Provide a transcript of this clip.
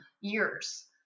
years